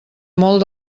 molt